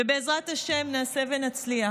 ובעזרת השם נעשה ונצליח.